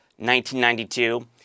1992